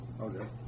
Okay